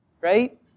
right